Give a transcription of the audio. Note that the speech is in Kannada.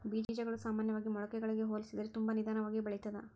ಬೇಜಗಳು ಸಾಮಾನ್ಯವಾಗಿ ಮೊಳಕೆಗಳಿಗೆ ಹೋಲಿಸಿದರೆ ತುಂಬಾ ನಿಧಾನವಾಗಿ ಬೆಳಿತ್ತದ